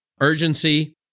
urgency